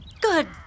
Good